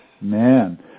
Man